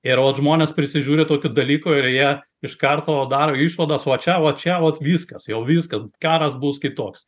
ir ot žmonės prisižiūri tokių dalykų ir jie iškarto dar išvadas va čia va čia vat viskas tai jau viskas karas bus kitoks